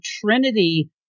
Trinity